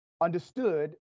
understood